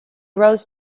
rose